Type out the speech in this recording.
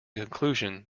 conclusion